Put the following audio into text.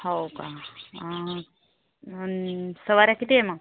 हो का सवाऱ्या किती आहे मग